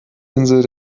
insel